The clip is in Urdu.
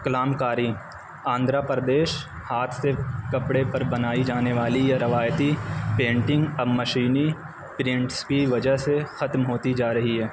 قلم کاری آندھرا پردیش ہاتھ سے کپڑے پر بنائی جانے والی یہ روایتی پینٹنگ اب مشینی پرنٹس کی وجہ سے ختم ہوتی جا رہی ہے